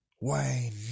Wayne